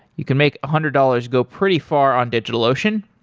you can make a hundred dollars go pretty far on digitalocean.